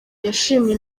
yashimwe